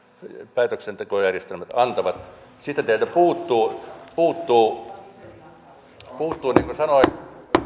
päätöksentekojärjestelmät antavat sitten teiltä puuttuu puuttuu niin kuin sanoin